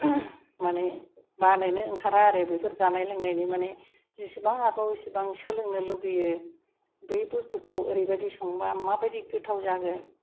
माने बानोनो ओंखारा आरो बेफोर जानाय लोंनायनि माने जेसेबां हागौ एसेबां सोलोंनो लुबैयो बै बुसथुखौ ओरैबादि संबा माबादि गोथाव जागोन